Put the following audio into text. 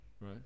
right